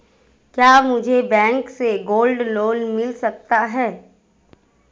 क्या मुझे बैंक से गोल्ड लोंन मिल सकता है?